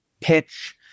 pitch